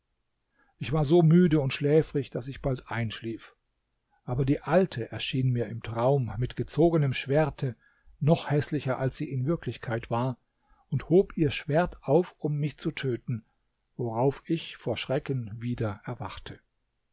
ich war so müde und schläfrig daß ich bald einschlief aber die alte erschien mir im traum mit gezogenem schwerte noch häßlicher als sie in wirklichkeit war und hob ihr schwert auf um mich zu töten worauf ich vor schrecken wieder erwachte